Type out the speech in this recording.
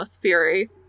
fury